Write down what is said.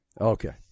Okay